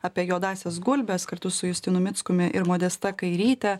apie juodąsias gulbes kartu su justinu mickumi ir modesta kairyte